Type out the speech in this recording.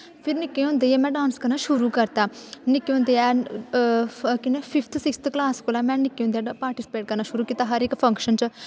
फिर निक्के होंदे गै में डांस करना शुरू कर ता निक्के होंदे गै केह् नांऽ फिफ्थ सिक्सथ क्लास कोला में निक्के होंदे पाटिसिपेट करना शुरू कीता हर इक फंक्शन च